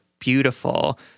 beautiful